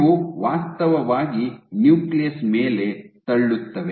ಇವು ವಾಸ್ತವವಾಗಿ ನ್ಯೂಕ್ಲಿಯಸ್ ಮೇಲೆ ತಳ್ಳುತ್ತವೆ